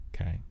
Okay